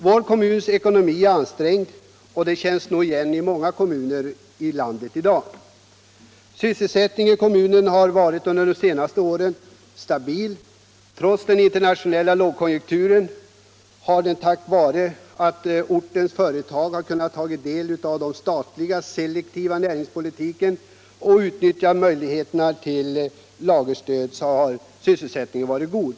Vår kommuns ekonomi är ansträngd, och den situationen känns nog igen i många kommuner i landet i dag. Sysselsättningen i kommunen har under de senaste åren varit stabil trots den internationella lågkonjunkturen. Tack vare att ortens företag har kunnat få del av den statliga selektiva näringspolitiken och utnyttjat möjligheterna till lagerstöd har syvsselsättningen varit god.